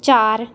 ਚਾਰ